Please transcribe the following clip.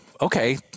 Okay